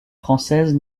française